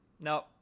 No